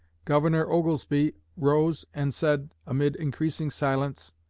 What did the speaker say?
governor oglesby rose and said, amid increasing silence,